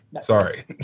Sorry